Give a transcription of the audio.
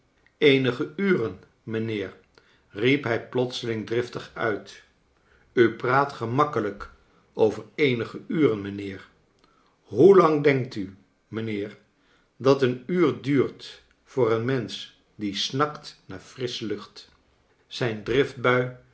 eenige uren mijnheer riep hij plotseling driftig uit u praat gemakkelijk over eenige uren mijnheer hoe lang denkt m mijnheer dat een uur duurt voor een inensch die fcnakt naar frissche lucht zij